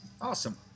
Awesome